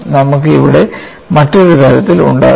നമുക്ക് ഇവിടെ മറ്റൊരു തരത്തിൽ ഉണ്ടാകും